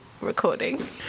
Recording